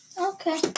Okay